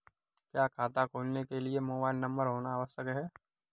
क्या खाता खोलने के लिए मोबाइल नंबर होना आवश्यक है?